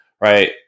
right